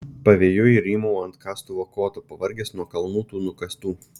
pavėjui rymau ant kastuvo koto pavargęs nuo kalnų tų nukastų